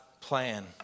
plan